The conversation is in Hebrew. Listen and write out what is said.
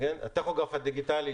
הטכוגרף הדיגיטלי